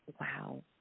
wow